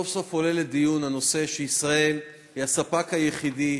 סוף-סוף עולה לדיון הנושא שישראל היא הספק היחידי